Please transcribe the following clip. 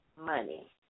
money